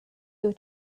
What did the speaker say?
you